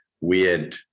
weird